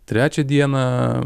trečią dieną